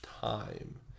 time